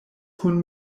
kun